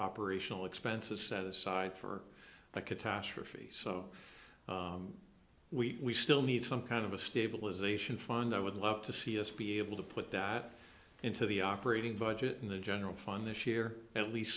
operational expenses set aside for a catastrophe so we still need some kind of a stabilization fund i would love to see us be able to put that into the operating budget in the general fund this year at least